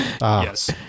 Yes